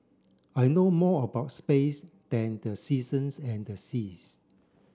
I know more about space than the seasons and the seas